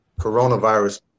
Coronavirus